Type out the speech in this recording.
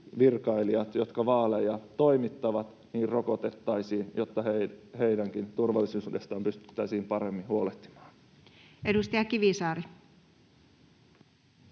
virkailijat, jotka vaaleja toimittavat, rokotettaisiin, jotta heidänkin turvallisuudestaan pystyttäisiin paremmin huolehtimaan. [Speech 190]